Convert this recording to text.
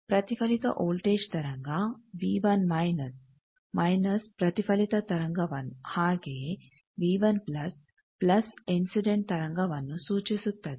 ಪ್ರತಿಫಲಿತ ವೋಲ್ಟೇಜ್ ತರಂಗ ಮೈನಸ್ ಪ್ರತಿಫಲಿತ ತರಂಗವನ್ನು ಹಾಗೆಯೇ ಪ್ಲಸ್ ಇನ್ಸಿಡೆಂಟ್ ತರಂಗವನ್ನು ಸೂಚಿಸುತ್ತದೆ